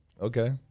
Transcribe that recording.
Okay